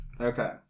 Okay